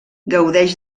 gaudeix